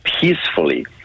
peacefully